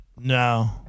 no